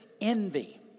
envy